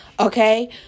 Okay